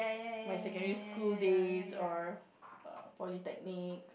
my secondary school days or err polytechnic